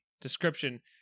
description